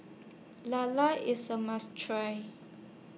Lala IS A must Try